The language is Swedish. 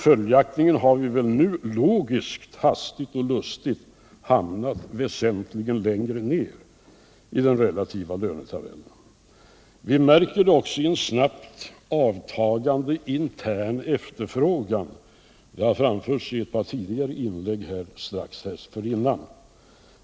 Följaktligen har vi väl nu logiskt hastigt och lustigt hamnat väsentligt längre ned i den relativa lönetabellen. Vi märker det också i en snabbt avtagande intern efterfrågan, vilket framhållits i ett par tidigare inlägg.